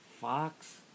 Fox